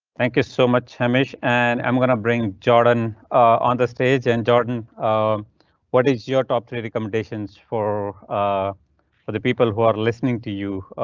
thank you so much hamish and i'm gonna bring jordan on the stage and jordan um what is your top three recommendations for ah for the people who are listening to you?